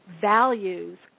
values